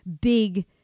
big